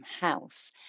House